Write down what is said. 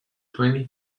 twenty